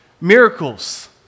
miracles